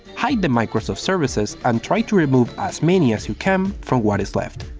hide the microsoft services and try to remove as many as you can from what is left.